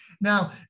Now